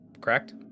correct